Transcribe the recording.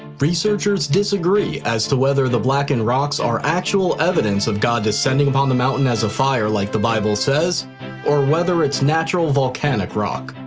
researchers disagree as to whether the blackened rocks are actual evidence god descending upon the mountain as a fire like the bible says or whether it's natural volcanic rock.